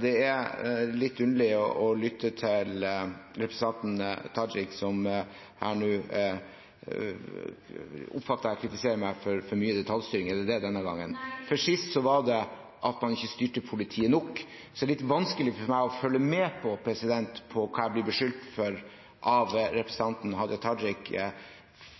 Det er litt underlig å lytte til representanten Tajik som jeg nå oppfatter kritiserer meg for for mye detaljstyring. For sist var det at man ikke styrte politiet nok, så det er litt vanskelig for meg å følge med på hva jeg blir beskyldt for av representanten Hadia Tajik.